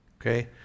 Okay